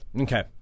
Okay